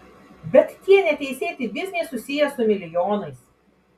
bet tie neteisėti bizniai susiję su milijonais